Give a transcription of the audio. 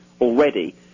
already